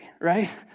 right